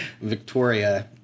Victoria